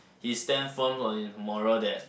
he stands firm on his moral that